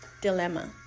dilemma